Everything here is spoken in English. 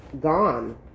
gone